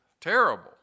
terrible